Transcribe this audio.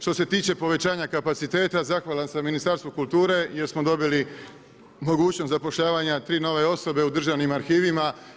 Što se tiče povećanje kapaciteta, zahvalan sam Ministarstvu kulture, jer smo dobili mogućnost zapošljavanja 3 nove osobe u državnim arhivima.